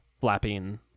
flapping